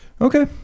Okay